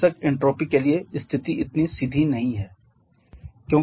बेशक एन्ट्रॉपी के लिए स्थिति इतनी सीधी नहीं है